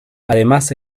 además